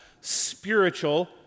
spiritual